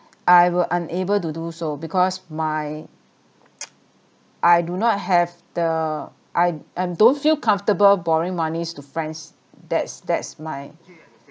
I were unable to do so because my I do not have the I I'm don't feel comfortable borrowing monies to friends that's that's my